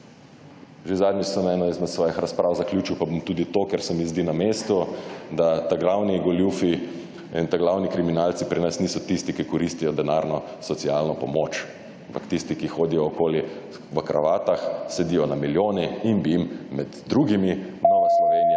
Že zadnjič ste eno izmed svojih razprav zaključil, pa bom tudi to, ker se mi zdi na mestu, da glavni goljufi in glavni kriminalci pri nas niso tisti, ki koristijo denarno socialno pomoč, ampak tisti, ki hodijo okoli v kravatah, sedijo na milijonih in bi jim med drugimi Nova Slovenija